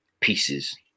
pieces